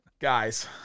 Guys